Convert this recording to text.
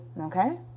okay